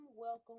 Welcome